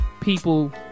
people